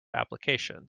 application